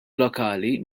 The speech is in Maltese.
lokali